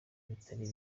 bitari